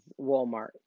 Walmart